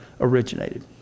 originated